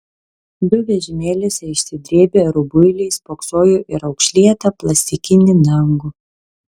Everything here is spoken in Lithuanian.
du vežimėliuose išsidrėbę rubuiliai spoksojo į raukšlėtą plastikinį dangų